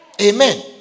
Amen